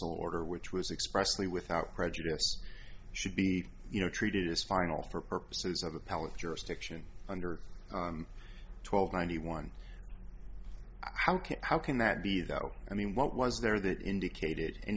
order which was expressly without prejudice should be you know treated as final for purposes of appellate jurisdiction under twelve ninety one how can how can that be though i mean what was there that indicated